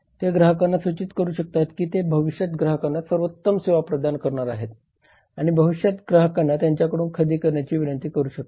ते ग्राहकांना सूचित करू शकतात की ते भविष्यात ग्राहकांना सर्वोत्तम सेवा प्रदान करणार आहेत आणि भविष्यात ग्राहकांना त्यांच्याकडून खरेदी करण्याची विनंती करू शकतात